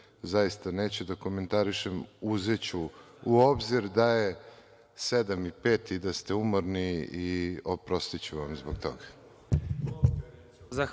zaista neću da komentarišem. Uzeću u obzir da je 07.05 časova i da ste umorni i oprostiću vam zbog toga.